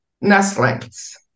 Nestlings